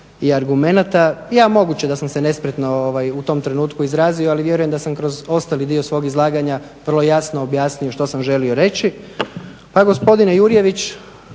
i argumenata. Ja moguće da sam se nespretno u tom trenutku izrazio ali vjerujem da sam kroz ostali dio svog izlaganja vrlo jasno objasnio što sam želio reći. Pa gospodine Jurjević